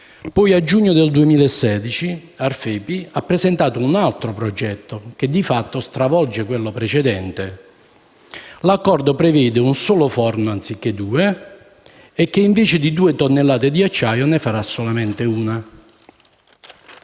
Poi, a giugno 2016, Aferpi ha presentato un altro progetto che, di fatto, stravolgeva quello precedente. L'accordo prevede un solo forno, anziché due, che invece di due tonnellate di acciaio ne produrrà solamente una.